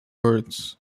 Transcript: birds